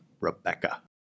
rebecca